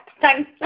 Thank